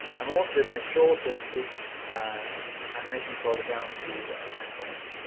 i'm also gonna shorten this animationcontroller down to ten frames,